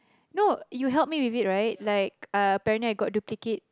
no you help me with it right like apparently I got to kick it